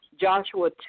Joshua